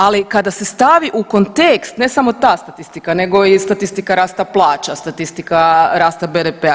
Ali kada se stavi u kontekst ne samo ta statistika, nego i statistika rasta plaća, statistika rasta BDP-a.